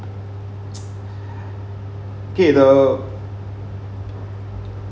K the